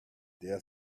their